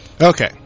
Okay